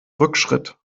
rückschritt